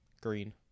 Green